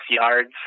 yards